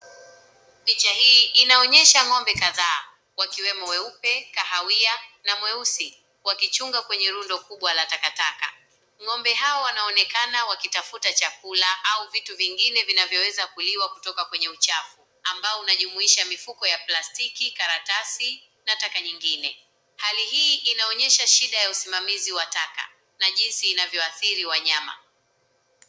Picha hii inaonyesha ngombe kadhaa wakiwemo weupe , kahawia na mweusi . Wakichunga kwenye rundo kubwa la takataka ,ngombe hawa wanaonekana wakitafuta chakula au vitu vingine vinavyoweza kuliwa kutoka kwenye uchafu ambao inajumuisha mifumo ya plastiki , karatasi na taka nyingine. Hali hii inaonyesha shida ya usimamizi wa taka na jinsi inavyoadhiri wanyama.